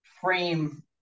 frame